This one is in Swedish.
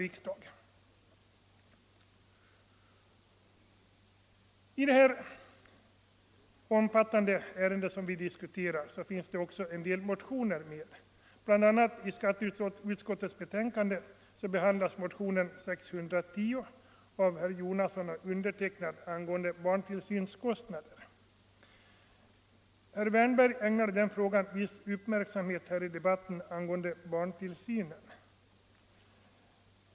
I det omfattande ärende som vi nu diskuterar finns också en del motioner väckta. BI. a. behandlas i skatteutskottets betänkande motionen 610 av herr Jonasson och mig angående barntillsynskostnader. Herr Wärnberg ägnade den frågan en viss uppmärksamhet i debatten angående barntillsynen.